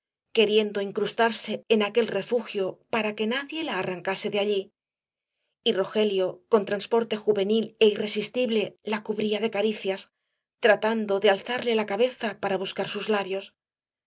queriendo incrustarse en aquel refugio para que nadie la arrancase de allí y rogelio con transporte juvenil é irresistible la cubría de caricias tratando de alzarle la cabeza para buscar sus labios